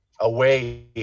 away